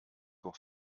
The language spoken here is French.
pour